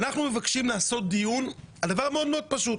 אנחנו מבקשים לעשות דיון על דבר מאוד פשוט.